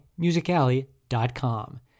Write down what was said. MusicAlley.com